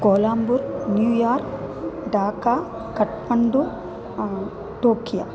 कोलाम्बूर् New York Dhaka Kathmandu Tokio